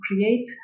create